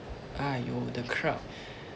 !aiyo! the crowd